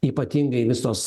ypatingai visos